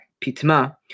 pitma